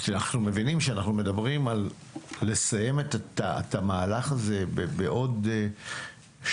אנחנו מבינים שאנחנו מדברים על לסיים את המהלך הזה בעוד 12,